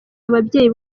ababyeyi